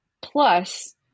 Plus